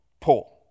pull